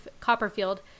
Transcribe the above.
Copperfield